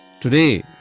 today